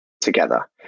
together